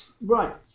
right